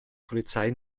polizei